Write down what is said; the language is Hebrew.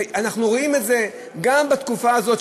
שאנחנו רואים את זה גם בתקופה הזאת,